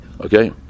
Okay